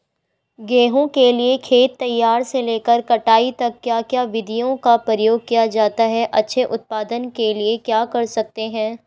गेहूँ के लिए खेत तैयार से लेकर कटाई तक क्या क्या विधियों का प्रयोग किया जाता है अच्छे उत्पादन के लिए क्या कर सकते हैं?